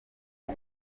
aka